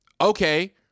Okay